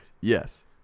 Yes